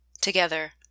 Together